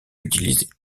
utilisées